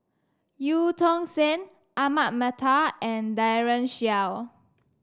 Eu Tong Sen Ahmad Mattar and Daren Shiau